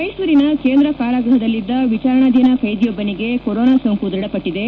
ಮೈಸೂರಿನ ಕೇಂದ್ರ ಕಾರಾಗೃಹದಲ್ಲಿದ್ದ ವಿಚಾರಣಾಧೀನ ಖೈದಿಯೊಬ್ಬನಿಗೆ ಕೊರೋನಾ ಸೋಂಕು ದೃಢಪಟ್ಟದೆ